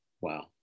Wow